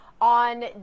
on